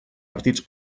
partits